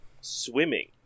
swimming